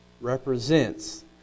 represents